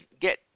get